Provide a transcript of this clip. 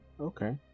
Okay